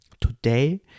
today